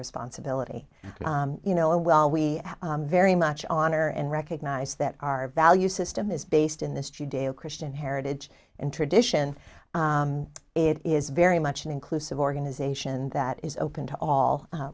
responsibility you know well we very much honor and recognise that our value system is based in this judeo christian heritage and tradition it is very much an inclusive organization that is open to all